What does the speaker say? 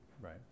right